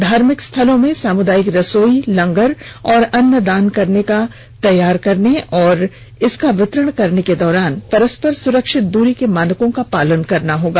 धार्मिक स्थलों में सामुदायिक रसोई लंगर और अन्न दान तैयार करने और इसका वितरण करने के दौरान परस्पर सुरक्षित दूरी के मानकों का पालन करना होगा